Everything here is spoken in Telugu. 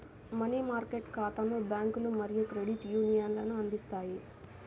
మనీ మార్కెట్ ఖాతాలను బ్యాంకులు మరియు క్రెడిట్ యూనియన్లు అందిస్తాయి